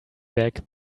back